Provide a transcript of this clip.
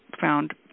found